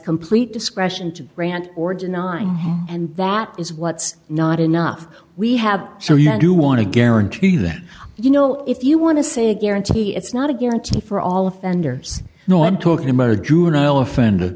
complete discretion to grant or denying and that is what's not enough we have so you want to guarantee that you know if you want to say a guarantee it's not a guarantee for all offenders no one talking about a juvenile offende